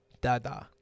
dada